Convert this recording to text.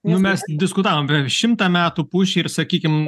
nu mes diskutavom ten šimtą metų pušį ir sakykim